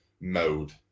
mode